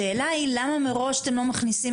השאלה היא למה מראש באמת אתם לא מכניסים